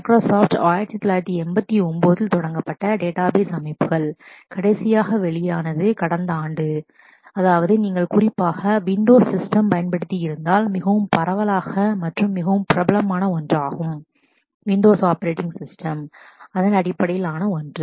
Microsoft 1989 இல் தொடங்கப்பட்ட டேட்டாபேஸ்அமைப்புகள் கடைசியாக வெளியானது கடந்த ஆண்டு நடந்தது அதா வது நீங்கள் குறிப்பாக விண்டோஸ் சிஸ்டம் பயன்படுத்தி இருந்தால் மிகவும் பரவலாகப் மற்றும் மிகவும் பிரபலமான ஒன்றாகும் விண்டோஸ் அப்பபெரடிங் சிஸ்டம் அடிப்படையில் ஒன்று